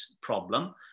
problem